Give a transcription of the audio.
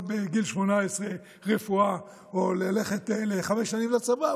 בגיל 18 רפואה או ללכת לחמש שנים לצבא,